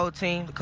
so team.